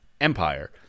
empire